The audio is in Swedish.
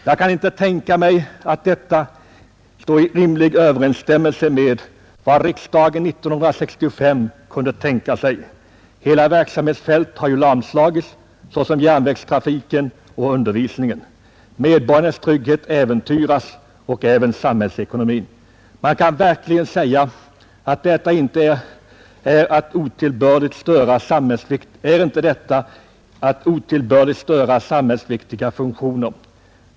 Jag kan inte föreställa mig att detta står i rimlig överensstämmelse med vad riksdagen 1965 tänkte sig. Hela verksamhetsfält har ju lamslagits, såsom järnvägstrafiken och undervisningen. Medborgares trygghet äventyras — och även samhällsekonomin. Är inte detta att otillbörligt störa samhällsviktiga funktioner?